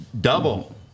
Double